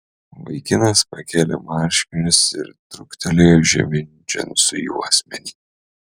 vaikinas pakėlė marškinius ir truktelėjo žemyn džinsų juosmenį